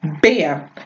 bam